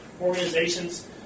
organizations